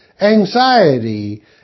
anxiety